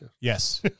Yes